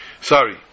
sorry